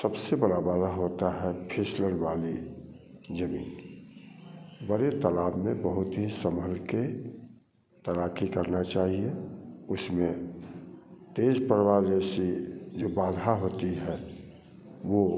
सबसे बड़े बाला होता है फिसलन वाली जगह बड़े तालाब में बहुत ही संभल के तैराकी करना चाहिए उसमें तेज प्रवाह जैसी जो बाधा होती है वो